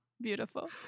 Beautiful